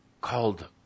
called